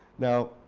now,